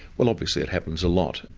well obviously it happens a lot.